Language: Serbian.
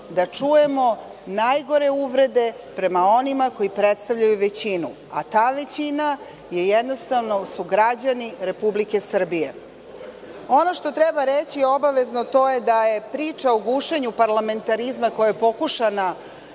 da čujemo najgore uvrede prema onima koji predstavljaju većinu. Ta većina su jednostavno građani Republike Srbije. Ono što treba reći obavezno, to je da priča o gušenju parlamentarizma, koja je pokušana